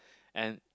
and